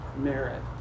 merit